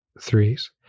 threes